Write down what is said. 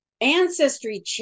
ancestry